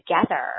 together